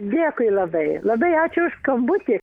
dėkui labai labai ačiū už skambutį